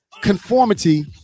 conformity